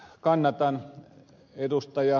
kannatan ed